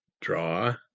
draw